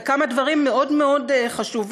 בכמה דברים מאוד מאוד חשובים,